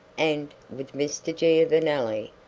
and, with mr. giovanelli,